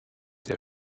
der